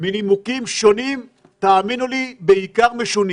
מנימוקים שונים ובעיקר משונים.